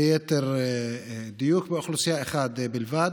ליתר דיוק, לאוכלוסייה אחת בלבד.